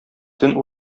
төн